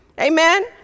amen